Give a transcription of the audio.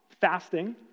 Fasting